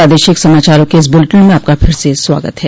प्रादेशिक समाचारों के इस बुलेटिन में आपका फिर से स्वागत है